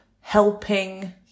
helping